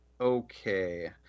Okay